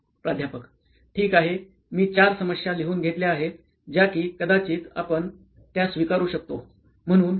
प्राध्यापक ठीक आहे मी चार समस्या लिहून घेतल्या आहेत ज्या कि कदाचित आपण त्या स्विकारू शकतो